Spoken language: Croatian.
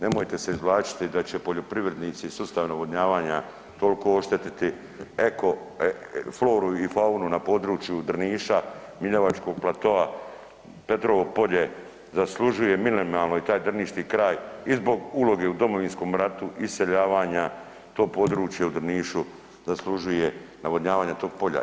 Nemojte se izvlačiti da će poljoprivrednici sustav navodnjavanja toliko oštetiti eko floru i faunu na području Drniša, miljevačkog platoa, Petrovo polje, zaslužuje minimalno i taj drniški kraj i zbog uloge u Domovinskom ratu, iseljavanja to područje u Drnišu zaslužuje navodnjavanje tog polja.